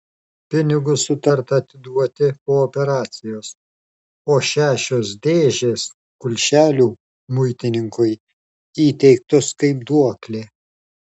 pinigus sutarta atiduoti po operacijos o šešios dėžės kulšelių muitininkui įteiktos kaip duoklė